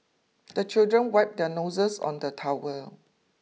the children wipe their noses on the towel